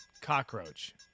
Cockroach